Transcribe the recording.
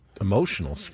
emotional